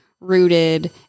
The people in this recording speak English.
rooted